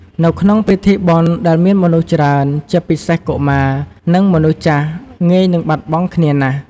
នៅក្នុងពិធីបុណ្យដែលមានមនុស្សច្រើន ជាពិសេសកុមារ និងមនុស្សចាស់ ងាយនឹងបាត់បង់គ្នាណាស់។